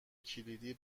کلیدی